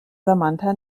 samantha